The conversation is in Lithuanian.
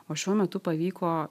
o šiuo metu pavyko